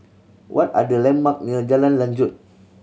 what are the landmark near Jalan Lanjut